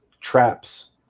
traps